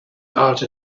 out